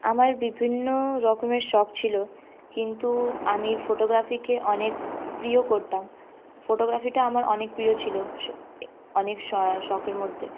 আমার বিভিন্ন রকমের শখ ছিল কিন্তু আমি ফটোগ্রাফিকে অনেক প্রিয় করতাম ফটোগ্রাফিটা আমার অনেক প্রিয় ছিল অনেক শ শখের মধ্যে